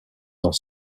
dans